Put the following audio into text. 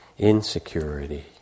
Insecurity